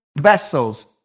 vessels